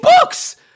books